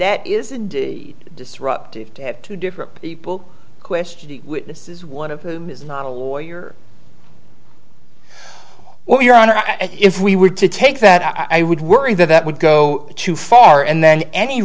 that is indeed disruptive to have two different people questioning witnesses one of whom is not a lawyer or your honor and if we were to take that i would worry that that would go too far and then any